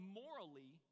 morally